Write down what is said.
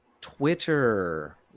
twitter